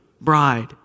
bride